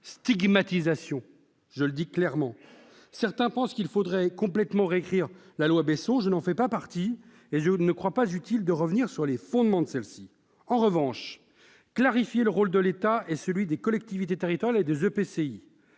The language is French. stigmatisation ». Certains pensent qu'il faudrait complètement récrire la loi Besson. Ce n'est pas mon cas, et je ne crois pas utile de revenir sur les fondements de ce texte. En revanche, clarifier le rôle de l'État et celui des collectivités territoriales et des EPCI,